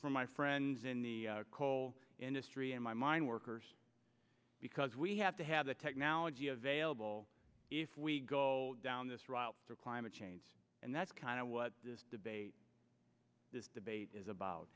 for my friends in the coal industry and my mine workers because we have to have the technology available if we go down this route to climate change and that's kind of what this debate this debate is about